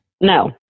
No